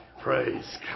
Praise